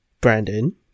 Brandon